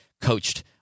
coached